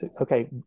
Okay